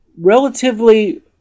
relatively